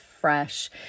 fresh